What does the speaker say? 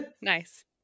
Nice